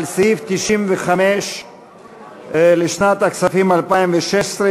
על סעיף 95 לשנת הכספים 2016,